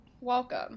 Welcome